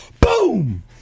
boom